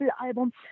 album